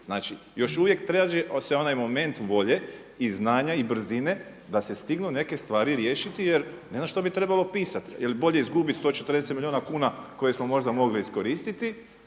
Znači još uvijek se traži onaj moment volje i znanja i brzine da se stignu neke stvari riješiti jer ne znam što bi trebalo pisati jel bolje izgubiti 140 milijuna kuna koje smo možda mogli iskoristiti